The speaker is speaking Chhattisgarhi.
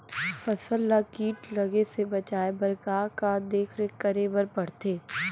फसल ला किट लगे से बचाए बर, का का देखरेख करे बर परथे?